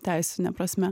teisine prasme